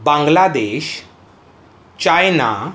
Bangladesh China